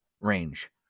range